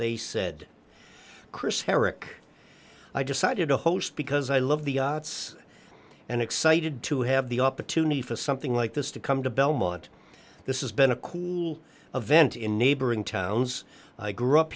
they said chris herrick i decided to host because i love the arts and excited to have the opportunity for something like this to come to belmont this is been a cool event in neighboring towns i grew up